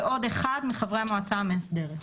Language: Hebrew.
ועוד אחד מחברי המועצה המאסדרת.